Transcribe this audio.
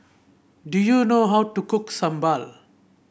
do you know how to cook sambal